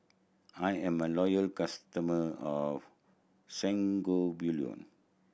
I am a loyal customer of Sangobion